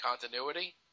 continuity